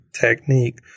technique